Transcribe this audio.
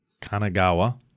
Kanagawa